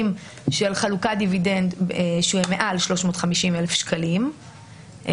של חלוקת דיבידנד של מעל 350,000 שקלים,